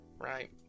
Right